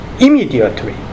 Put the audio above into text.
Immediately